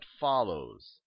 follows